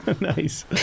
Nice